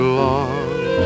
long